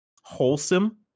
wholesome